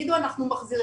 תגידו אנחנו מחזירים,